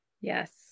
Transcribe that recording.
yes